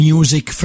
Music